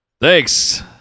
Thanks